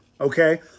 Okay